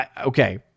Okay